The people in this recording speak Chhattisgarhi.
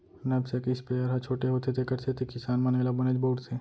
नैपसेक स्पेयर ह छोटे होथे तेकर सेती किसान मन एला बनेच बउरथे